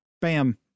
bam